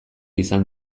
izan